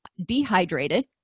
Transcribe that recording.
dehydrated